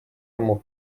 ammu